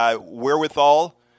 wherewithal